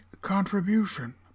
contribution